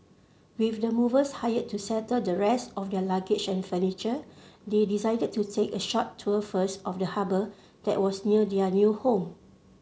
with the movers hired to settle the rest of their luggage and furniture they decided to take a short tour first of the harbour that was near their new home